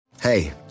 Hey